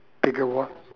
bigger what